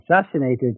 assassinated